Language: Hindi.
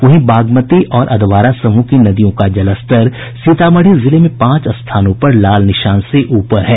वहीं बागमती और अधवारा समूह की नदियों का जलस्तर सीतामढ़ी जिले में पांच स्थानों पर लाल निशान से ऊपर है